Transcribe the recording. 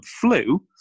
flu